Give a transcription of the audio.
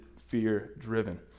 fear-driven